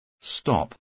Stop